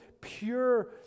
pure